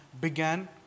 began